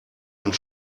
und